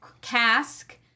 cask